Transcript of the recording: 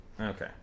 Okay